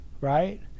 Right